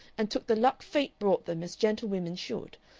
and took the luck fate brought them as gentlewomen should.